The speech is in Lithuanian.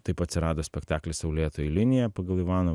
taip atsirado spektaklis saulėtoji linija pagal ivano